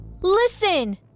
Listen